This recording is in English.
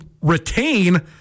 retain